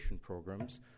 programs